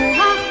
ha